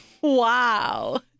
wow